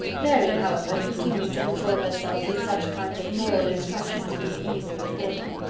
mary, however, continued to console herself with such kind of moral extractions from the evil before them.